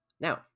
Now